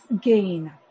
gain